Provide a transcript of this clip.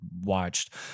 watched